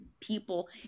people